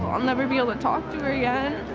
ah i'll never be able to talk to her yeah